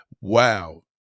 Wow